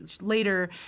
Later